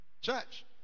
Church